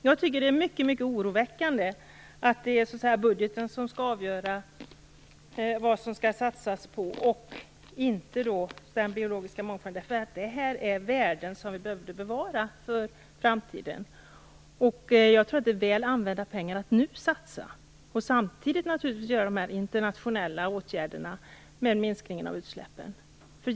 Jag tycker att det är mycket oroväckande att det är budgeten som skall avgöra vad man skall satsa på och inte den biologiska mångfalden. Det här är värden som vi behöver bevara för framtiden. Jag tror att det är väl använda pengar att nu satsa och naturligtvis samtidigt vidta de internationella åtgärderna med minskningen av utsläppen.